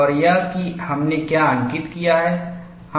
और यह कि हमने क्या अंकित किया है